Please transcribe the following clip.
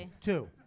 two